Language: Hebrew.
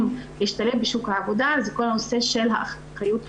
להשתלב בשוק העבודה זה כל הנושא של האחריות ההורית.